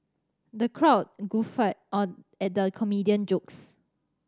the crowd guffawed on at the comedian jokes